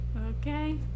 Okay